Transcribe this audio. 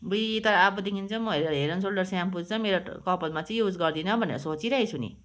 अबुई तर अबदेखि चाहिँ म हेड एन्ड सोल्डर स्याम्पो चाहिँ मेरो कपालमा चाहिँ युज गर्दिनँ भनेर सोचिरहेको छु नि